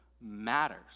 matters